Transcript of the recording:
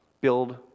build